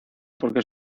porque